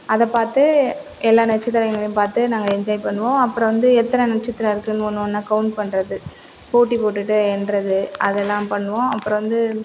அதை பார்த்து எல்லா நட்சத்திரங்களையும் பார்த்து நாங்கள் என்ஜாய் பண்ணுவோம் அப்புறம் வந்து எத்தனை நட்சத்திரம் இருக்குனு ஒன்று ஒண்ணா கவுண்ட் பண்ணுறது போட்டி போட்டுகிட்டு எண்ணுறது அதெல்லாம் பண்ணுவோம் அப்புறம் வந்து